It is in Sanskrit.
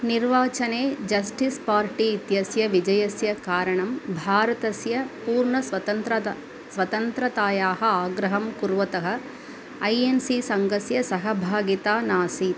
निर्वचने जस्टिस् पार्टी इत्यस्य विजयस्य कारणं भारतस्य पूर्णस्वातन्त्र्यता स्वातन्त्र्यतायाः आग्रहं कुर्वतः ऐ एन् सी सङ्घस्य सहभागिता नासीत्